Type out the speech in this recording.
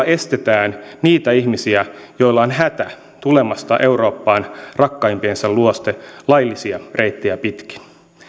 estetään niitä ihmisiä joilla on hätä tulemasta eurooppaan rakkaimpiensa luokse laillisia reittejä pitkin